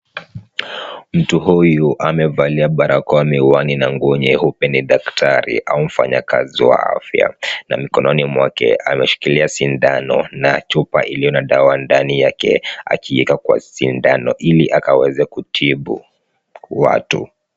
Mtu huyu amevalia barakoa, miwani na nguo nyeupe ni daktari au mfanyakazi wa afya na mikononi mwake ameshikilia sindano na chupa iliyo na dawa ndani yake akiiweka kwa sindano ili akaweze kuwatibu watu.